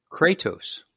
Kratos